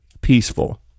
peaceful